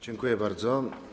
Dziękuję bardzo.